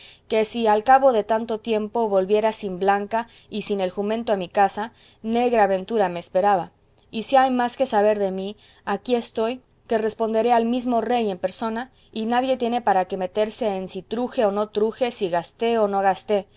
que si al cabo de tanto tiempo volviera sin blanca y sin el jumento a mi casa negra ventura me esperaba y si hay más que saber de mí aquí estoy que responderé al mismo rey en presona y nadie tiene para qué meterse en si truje o no truje si gasté o no gasté